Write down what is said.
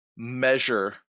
measure